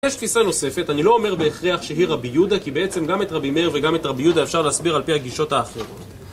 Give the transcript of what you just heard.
יש תפיסה נוספת, אני לא אומר בהכרח שהיא רבי יהודה כי בעצם גם את רבי מאיר וגם את רבי יהודה אפשר להסביר על פי הגישות האחרונות